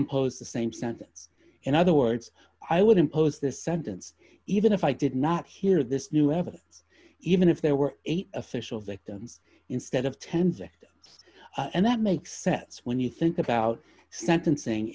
impose the same sentence in other words i would impose this sentence even if i did not hear this new evidence even if there were eight official victims instead of ten victims and that makes sense when you think about sentencing